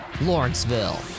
Lawrenceville